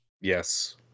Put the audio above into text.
Yes